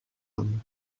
homme